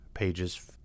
pages